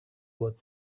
год